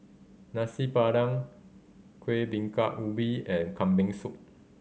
Nasi Padang Kuih Bingka Ubi and Kambing Soup